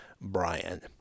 Brian